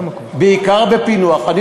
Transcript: בעיקר בפענוח.